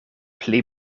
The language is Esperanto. pli